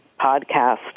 podcast